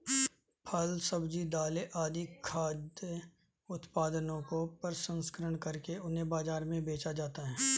फल, सब्जी, दालें आदि खाद्य उत्पादनों का प्रसंस्करण करके उन्हें बाजार में बेचा जाता है